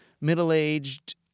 middle-aged